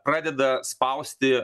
pradeda spausti